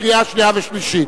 קריאה שנייה ושלישית.